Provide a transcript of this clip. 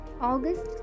august